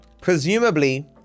Presumably